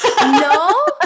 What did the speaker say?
No